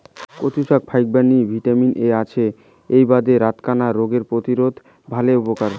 কচু শাকত ফাইকবাণী ভিটামিন এ আছে এ্যাই বাদে রাতকানা রোগ প্রতিরোধত ভালে উপকার